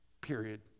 period